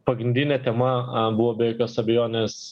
pagrindinė tema buvo be jokios abejonės